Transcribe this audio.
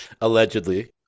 Allegedly